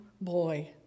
boy